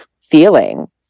feeling